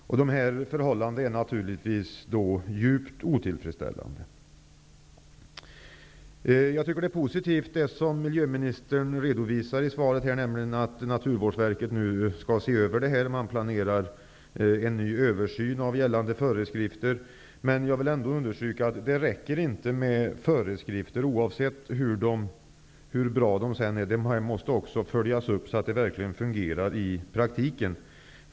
Dessa förhållanden är naturligtvis djupt otillfredsställande. Det som miljöministern redovisar i svaret om att Naturvårdsverket nu skall se över detta och planerar en översyn av gällande föreskrifter är positivt. Men jag vill ändå understryka att det inte räcker med föreskrifter, oavsett hur bra de är. De måste också följas upp, så att de verkligen fungerar i praktiken.